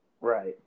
right